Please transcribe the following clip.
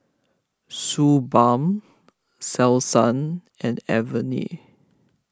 Suu Balm Selsun and Avene